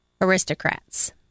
aristocrats